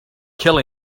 kill